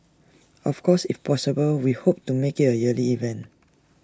of course if possible we hope to make IT A yearly event